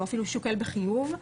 הוא אפילו שוקל בחיוב,